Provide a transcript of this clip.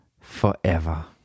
forever